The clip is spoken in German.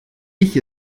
ich